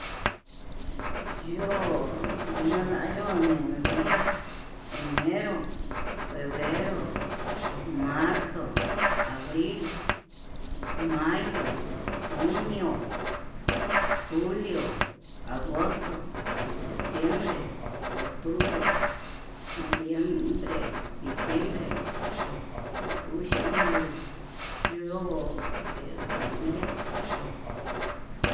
Yo'ó nada yo'ó nikuiya, enero, febrero, marzo, abril, mayo, junio, julio, agosto, septiembre, octubre, oviembre, diciembre, uxi uu yo'ó ye kon kuiya'á.